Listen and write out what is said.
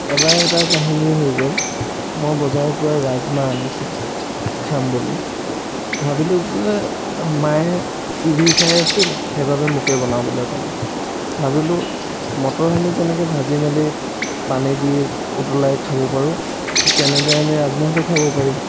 এবাৰ এটা কাহিনী হৈ গ'ল মই বজাৰৰ পৰা ৰাজমাহ আনিছিলোঁ খাম বুলি ভাবিলোঁ যে মায়ে টিভি চাই আছিল সেই বাবে মোকে বনাবলৈ ক'লে ভাবিলোঁ মটৰ খিনি যেনেকে ভাজি মেলি পানী দি উতলাই খাব পাৰোঁ ঠিক তেনেদৰে আমি ৰাজমাহতো খাব পাৰিম